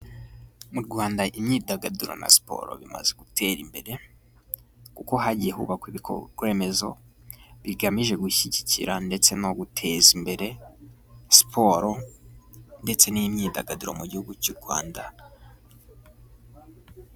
Mu Rwanda imyidagaduro na siporo bimaze gutera imbere kuko hagiye hubakwa ibikorwa remezo bigamije gushyigikira ndetse no guteza imbere siporo ndetse n'imyidagaduro mu gihugu cy'u Rwanda.